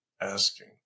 asking